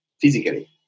physically